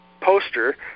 poster